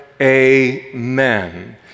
Amen